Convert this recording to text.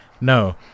No